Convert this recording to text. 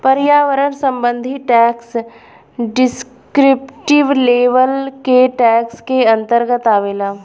पर्यावरण संबंधी tax descriptive level के टैक्स के अंतर्गत आवेला